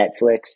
Netflix